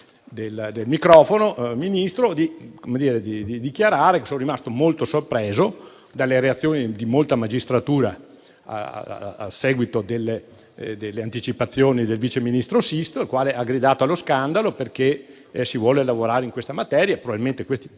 dell'occasione, di dichiarare che sono rimasto molto sorpreso dalle reazioni di molta magistratura a seguito delle anticipazioni del vice ministro Sisto, che ha gridato allo scandalo, perché si vuole lavorare su questa materia. Probabilmente questi